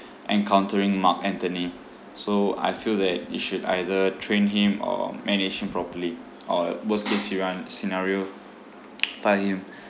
encountering mark anthony so I feel that you should either train him or manage him properly or worst case scera~ scenario fire him